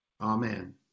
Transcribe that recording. Amen